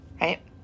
Right